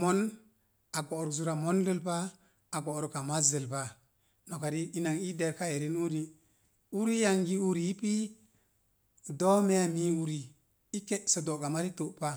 Mon a go'ruk zura mondo. Pa a go'ruk a mazzəl pa. noka riik ina n ii dərka erin uni uriyangi uri i pii doomeya mii uri i ke'sə do'ga mari to'pa